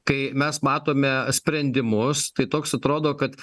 kai mes matome sprendimus tai toks atrodo kad